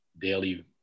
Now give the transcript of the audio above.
daily